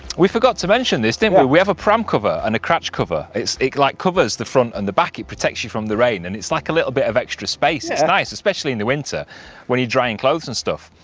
we forgot to mention this didn't we, we have a pram cover and a cratch cover it like covers the front and the back. it protects you from the rain and it's like a little bit of extra space, it's nice especially in the winter when you dry in clothes and stuff.